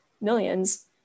millions